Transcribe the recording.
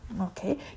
Okay